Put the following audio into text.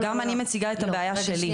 לא --- גם אני מציגה את הבעיה שלי,